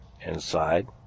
inside